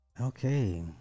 Okay